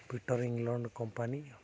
peter England company